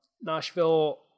Nashville